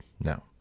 No